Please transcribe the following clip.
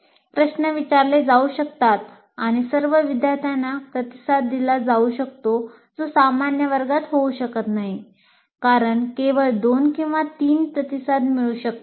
प्रश्न विचारले जाऊ शकतात आणि सर्व विद्यार्थ्यांना प्रतिसाद दिला जाऊ शकतो जो सामान्य वर्गात होऊ शकत नाही कारण केवळ 2 किंवा 3 प्रतिसाद मिळू शकतात